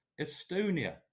Estonia